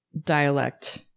dialect